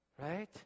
right